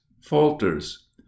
falters